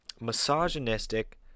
misogynistic